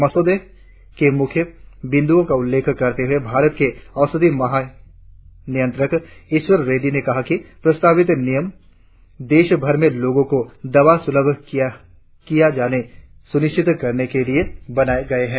मसौदे के मुख्य बिन्दुओं का उल्लेख करते हुए भारत के औषधि महा नियंत्रक ईश्वर रेड़डी ने कहा कि प्रस्तावित नियम देशभर में लोगो को दवा सुलभ किया जाना सुनिश्चित करने के लिए बनाए गए है